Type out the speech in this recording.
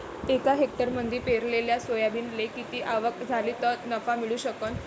एका हेक्टरमंदी पेरलेल्या सोयाबीनले किती आवक झाली तं नफा मिळू शकन?